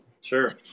Sure